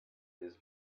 his